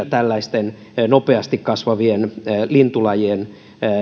tällaisten nopeasti kasvavien lintulajien